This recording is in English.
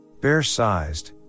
Bear-sized